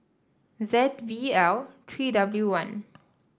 Z V L three W one